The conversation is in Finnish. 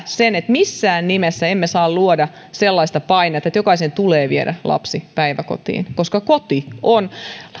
sen että missään nimessä emme saa luoda sellaista painetta että jokaisen tulee viedä lapsi päiväkotiin koska